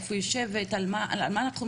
איפה יושבת, על מה אנחנו מדברות?